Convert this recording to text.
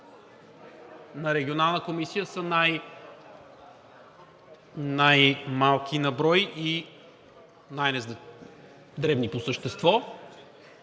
на Регионалната комисия са най-малки на брой и най-дребни по същество,